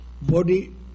Body